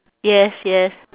yes yes